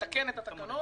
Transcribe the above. לתקן את התקנות,